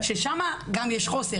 ששם גם יש חוסר.